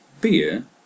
Beer